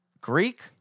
Greek